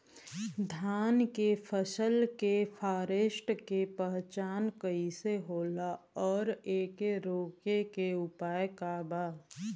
धान के फसल के फारेस्ट के पहचान कइसे होला और एके रोके के उपाय का बा?